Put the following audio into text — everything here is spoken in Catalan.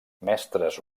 mestres